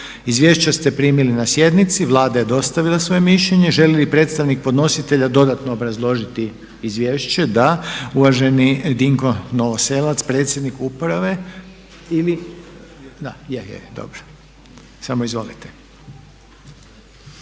Izvješća ste primili na sjednici, Vlada je dostavila svoje mišljenje. Želi li predstavnik podnositelja dodatno obrazložiti izvješće? Da. Uvaženi Dinko Novoselec predsjednik uprave ili? Da, je, je, dobro, samo izvolite.